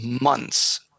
months